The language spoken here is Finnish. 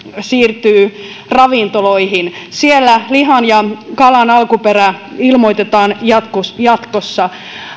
siirtyy ravintoloihin siellä lihan ja kalan alkuperä ilmoitetaan jatkossa jatkossa